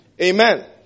Amen